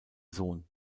sohn